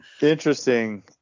Interesting